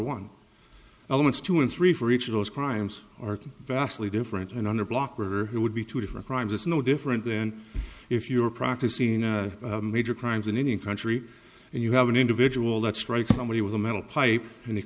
one elements two and three for each of those crimes are vastly different and under blocker it would be two different crimes it's no different then if you are practicing in a major crimes in any country and you have an individual that strikes somebody with a metal pipe and it